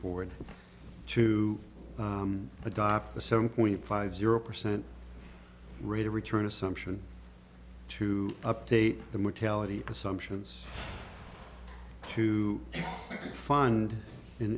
forward to adopt the seven point five zero percent rate of return assumption to update the mortality assumptions to fund